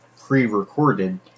pre-recorded